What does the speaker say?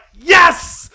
yes